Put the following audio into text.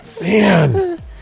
Man